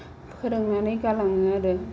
फोरोंनानै गालाङो आरो